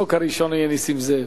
הניזוק הראשון יהיה נסים זאב.